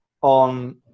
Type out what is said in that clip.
on